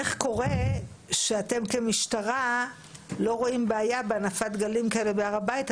איך קורה שאתם כמשטרה לא רואים בעיה בהנפת דגלים כאלה בהר הבית,